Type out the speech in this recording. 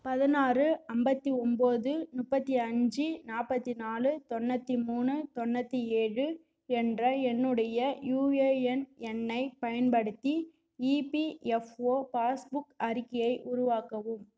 பதினாறு அம்பத்தி ஒன்போது முப்பத்தி அஞ்சு நாற்பத்தி நாலு தொண்ணூற்றி மூணு தொண்ணூற்றி ஏழு என்ற என்னுடைய யுஏஎன் எண்ணை பயன்படுத்தி இபிஎஃப்ஓ பாஸ்புக் அறிக்கையை உருவாக்கவும்